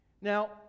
Now